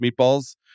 meatballs